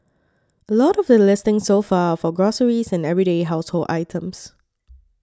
a lot of the listings so far are for groceries and everyday household items